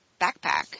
backpack